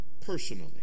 Personally